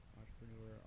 entrepreneur